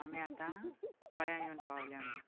आमी आतां पोळ्यां येवन पावल्या म्हूण